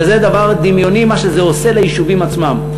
שזה דבר דמיוני, מה שזה עושה ליישובים עצמם.